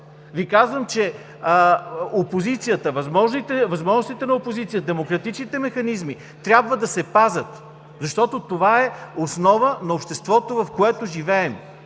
Ви казвам, че възможностите на опозицията, демократичните механизми трябва да се пазят. Защото това е основа на обществото, в което живеем.